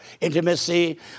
intimacy